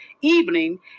evening